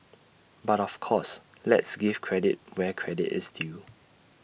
but of course let's give credit where credit is due